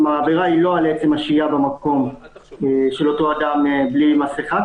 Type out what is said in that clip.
כלומר העבירה היא לא עצם השהייה במקום של אותו אדם בלי מסיכה,